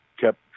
kept